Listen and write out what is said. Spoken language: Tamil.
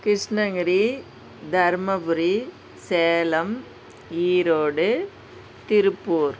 கிருஷ்ணகிரி தருமபுரி சேலம் ஈரோடு திருப்பூர்